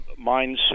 mindset